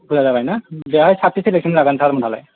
बुरजा जाबायना बेहाय साबसे सेलेक्सन लागोन सार मोनहालाय